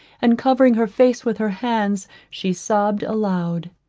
and covering her face with her hands, she sobbed aloud.